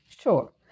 Sure